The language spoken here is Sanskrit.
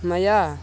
मया